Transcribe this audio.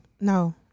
No